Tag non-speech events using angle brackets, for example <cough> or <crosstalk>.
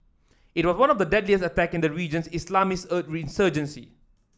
it was one of the deadliest attack in the region's Islamist <unintelligible> insurgency